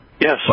Yes